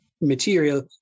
material